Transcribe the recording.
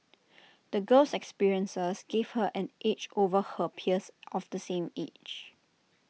the girl's experiences gave her an edge over her peers of the same age